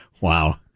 wow